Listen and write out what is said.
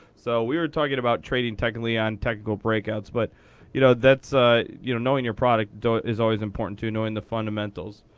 so we were talking about trading technically on technical breakouts. but you know ah you know knowing your product is always important, too knowing the fundamentals.